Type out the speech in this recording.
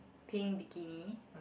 pink bikini